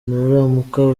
nuramuka